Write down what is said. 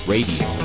Radio